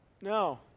No